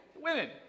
women